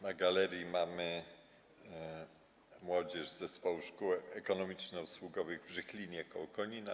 Na galerii mamy młodzież z Zespołu Szkół Ekonomiczno-Usługowych w Żychlinie koło Konina.